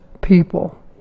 people